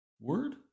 word